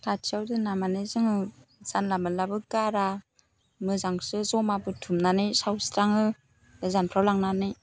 खाथियाव दोना माने जोङो जानला मोनलाबो गारा मोजांसो ज'मा बुथुमनानै सावस्राङो गोजानफ्राव लांनानै